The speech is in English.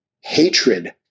hatred